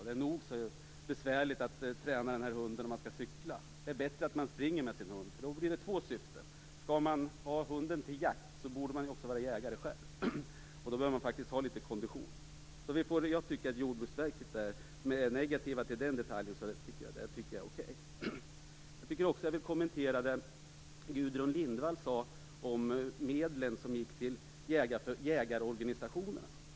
Det är nog så besvärligt att träna sin hund om man skall cykla. Det är bättre att man springer med sin hund. Då uppnår man nämligen två syften: skall man ha hunden till jakt borde man också vara jägare själv, och då behöver man faktiskt ha litet kondition. Jag tycker alltså att det är okej att Jordbruksverket är negativt till den detaljen. Jag vill också kommentera det som Gudrun Lindvall sade om medlen som gått till jägarorganisationerna.